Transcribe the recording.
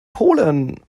polen